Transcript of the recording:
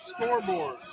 scoreboard